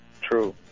True